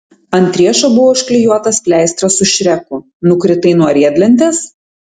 ant riešo buvo užklijuotas pleistras su šreku nukritai nuo riedlentės